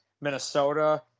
Minnesota